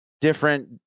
different